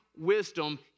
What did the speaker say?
wisdom